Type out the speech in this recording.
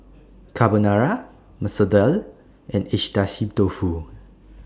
Carbonara Masoor Dal and Agedashi Dofu